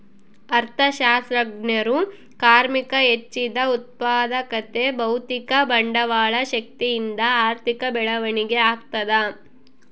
ಅರ್ಥಶಾಸ್ತ್ರಜ್ಞರು ಕಾರ್ಮಿಕರ ಹೆಚ್ಚಿದ ಉತ್ಪಾದಕತೆ ಭೌತಿಕ ಬಂಡವಾಳ ಶಕ್ತಿಯಿಂದ ಆರ್ಥಿಕ ಬೆಳವಣಿಗೆ ಆಗ್ತದ